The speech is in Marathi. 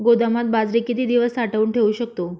गोदामात बाजरी किती दिवस साठवून ठेवू शकतो?